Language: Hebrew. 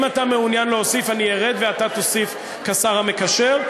אם אתה מעוניין להוסיף אני ארד ואתה תוסיף כשר המקשר,